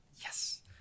Yes